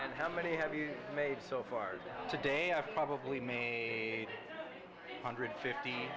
and how many have you made so far today i've probably made a hundred fifty